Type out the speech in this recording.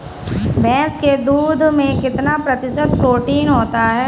भैंस के दूध में कितना प्रतिशत प्रोटीन होता है?